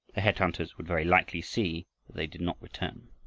the head-hunters would very likely see that they did not return.